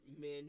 men